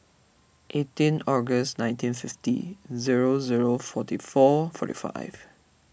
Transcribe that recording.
eighteen August nineteen fifty zero zero forty four forty five